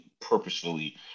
purposefully